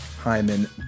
Hyman